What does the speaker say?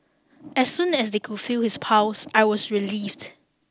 as soon as they could feel his pulse I was relieved